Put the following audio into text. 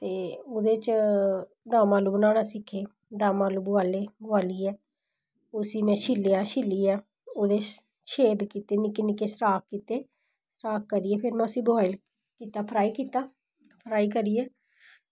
ते ओह्दे च दम आलू बनाना सिक्खे दम आलू बोआलियै उस्सी में छिल्लेआ छिल्लियै ओह्दे ई छेद कीते निक्के निक्के स्टाक कीते स्टाक करियै फिर में उसगी फ्राई कीता फ्राई करियै